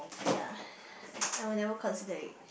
ya I will never consider it